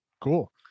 Cool